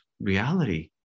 reality